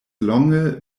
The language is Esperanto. longe